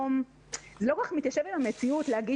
זה לא כל כך מתיישב עם המציאות להגיד